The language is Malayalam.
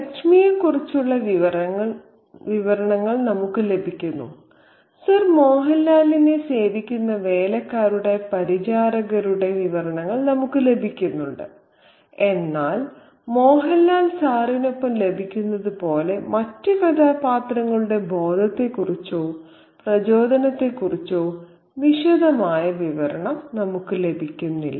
ലച്മിയെക്കുറിച്ചുള്ള വിവരണങ്ങൾ നമുക്ക് ലഭിക്കുന്നു സർ മോഹൻലാൽനെ സേവിക്കുന്ന വേലക്കാരുടെ പരിചാരകരുടെ വിവരണങ്ങൾ നമുക്ക് ലഭിക്കുന്നു എന്നാൽ മോഹൻലാൽ സാറിനൊപ്പം ലഭിക്കുന്നത് പോലെ മറ്റ് കഥാപാത്രങ്ങളുടെ ബോധത്തെക്കുറിച്ചോ പ്രചോദനത്തെക്കുറിച്ചോ വിശദമായ വിവരണം നമുക്ക് ലഭിക്കുന്നില്ല